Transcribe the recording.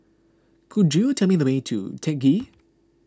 could you tell me the way to Teck Ghee